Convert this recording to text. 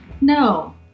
No